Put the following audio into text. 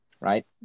right